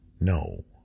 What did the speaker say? No